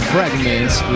Fragments